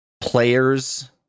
players